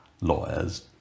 lawyer's